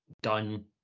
done